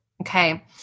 Okay